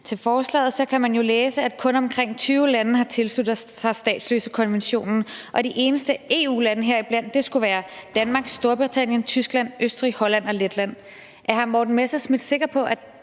til forslaget, kan man jo læse, at kun omkring 20 lande har tilsluttet sig statsløsekonventionen, og at de eneste EU-lande heriblandt skulle være Danmark, Storbritannien, Tyskland, Østrig, Holland og Letland. Er hr. Morten Messerschmidt sikker på,